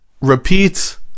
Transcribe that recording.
repeat